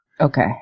Okay